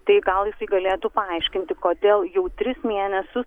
tai gal jisai galėtų paaiškinti kodėl jau tris mėnesius